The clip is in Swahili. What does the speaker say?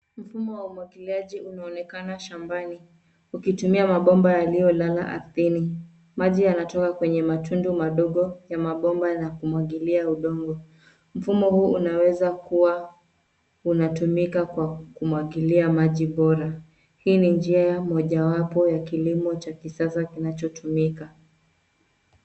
Mfumo wa umwagiliaji unaonekana shambani ukitumia mabomba yaliyolala ardhini. Maji yanatoka kwenye matundu madogo ya mabomba na kumwagilia udongo. Mfumo huu unaweza kuwa unatumika kwa kumwagilia maji bora. Hii ni njia mojawapo ya kilimo cha kisasa kinachotumika.